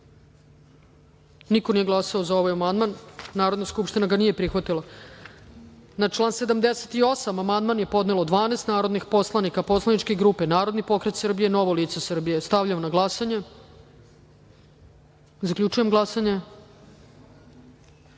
niko nije glasao za ovaj amandman. Narodna skupština ga nije prihvatila. Na član 78. amandman je podnelo 12 narodnih poslanika poslaničke grupe Narodni pokret Srbije – Novo lice Srbije. Stavljam na glasanje ovaj